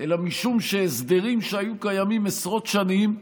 אלא משום שהסדרים שהיו קיימים עשרות שנים,